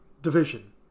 Division